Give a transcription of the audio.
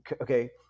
okay